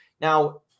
Now